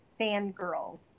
fangirl